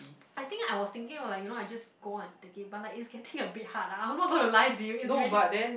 I think I was thinking of like you know I just go on take it but it's getting a bit hard lah I'm not gonna lie to you it's really